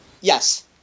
Yes